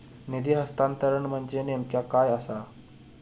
निधी हस्तांतरण म्हणजे नेमक्या काय आसा?